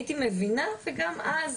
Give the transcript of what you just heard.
הייתי מבינה וגם אז,